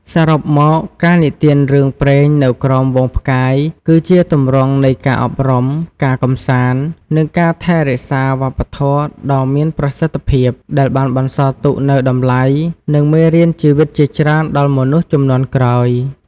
សរុបមក ការនិទានរឿងព្រេងនៅក្រោមហ្វូងផ្កាយ គឺជាទម្រង់នៃការអប់រំ ការកម្សាន្ត និងការថែរក្សាវប្បធម៌ដ៏មានប្រសិទ្ធភាព ដែលបានបន្សល់ទុកនូវតម្លៃ និងមេរៀនជីវិតជាច្រើនដល់មនុស្សជំនាន់ក្រោយ ។